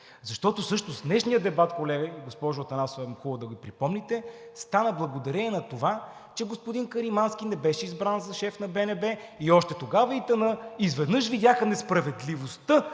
Защото всъщност днешният дебат, колеги, и госпожо Атанасова, хубаво е да припомните, стана благодарение на това, че господин Каримански не беше избран за шеф на БНБ и още тогава ИТН изведнъж видяха несправедливостта